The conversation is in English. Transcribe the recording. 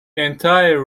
entire